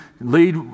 lead